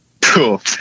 Cool